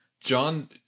John